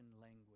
language